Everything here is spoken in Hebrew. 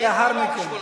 לאחר מכן.